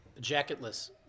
jacketless